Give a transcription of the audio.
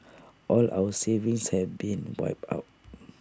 all our savings have been wiped out